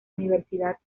universidad